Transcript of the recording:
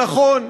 הנכון.